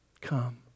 come